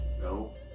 No